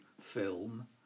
film